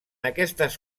aquestes